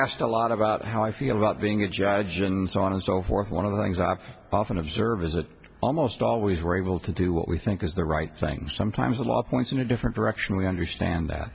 asked a lot about how i feel about being a judge and so on and so forth one of the things i've often observed is that almost always we're able to do what we think is the right thing sometimes the law points in a different direction we understand that